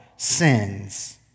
Sins